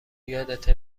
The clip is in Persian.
یادته